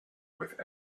with